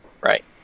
Right